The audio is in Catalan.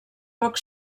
poc